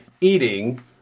Eating